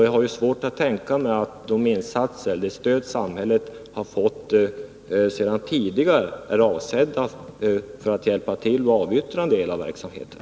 Jag har svårt att tänka mig att det stöd samhället har gett tidigare är avsett att vara en hjälp för att avyttra en del av verksamheten.